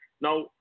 Now